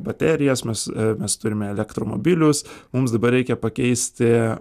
baterijas mes mes turime elektromobilius mums dabar reikia pakeisti